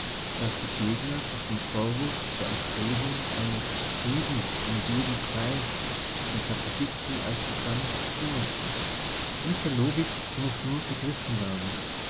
das die gegner durch den vorwurf der erstrebung eines friedens um jeden preis den pazifisten als programm zumuten diese logik muß nur begriffen werden